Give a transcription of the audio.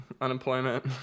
Unemployment